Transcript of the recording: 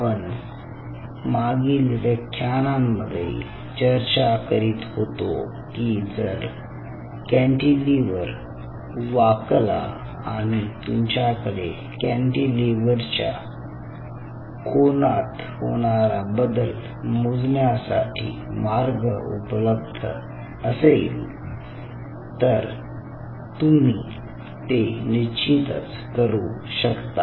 आपण मागील व्याख्यानामध्ये चर्चा करीत होतो की जर कॅन्टीलिव्हर वाकला आणि तुमच्याकडे कॅन्टीलिव्हरच्या कोनात होणारा बदल मोजण्यासाठी मार्ग उपलब्ध असेल तर तुम्ही ते निश्चितच करू शकता